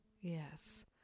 Yes